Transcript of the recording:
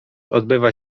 odbywa